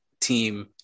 team